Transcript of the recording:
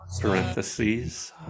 parentheses